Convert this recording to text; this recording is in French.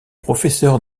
professeur